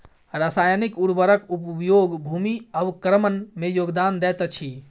रासायनिक उर्वरक उपयोग भूमि अवक्रमण में योगदान दैत अछि